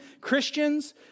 Christians